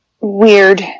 Weird